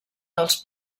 dels